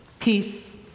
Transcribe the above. Peace